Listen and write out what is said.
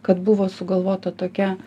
kad buvo sugalvota tokia